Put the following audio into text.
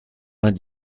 vingt